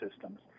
systems